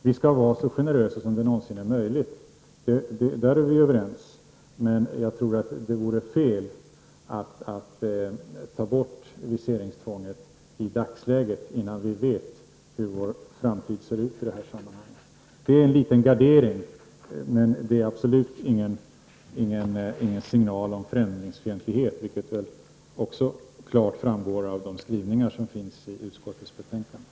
Vi skall vara så generösa som det någonsin är möjligt, där är vi överens. Jag tror emellertid att det vore fel att ta bort viseringstvånget i dagsläget innan vi vet hur vår framtid ser ut i detta sammanhang. Det är en liten gardering, men det är absolut ingen signal om främlingsfientlighet, vilket också klart framgår av de skrivningar som finns i utskottets betänkande.